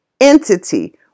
entity